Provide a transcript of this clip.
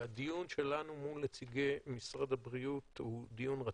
והדיון שלנו מול נציגי משרד הבריאות הוא דיון רציף.